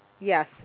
Yes